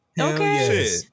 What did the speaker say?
Okay